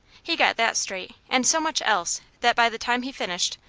he got that straight and so much else that by the time he finished,